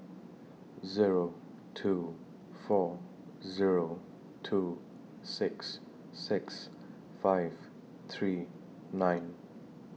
Zero two four Zero two six six five three nine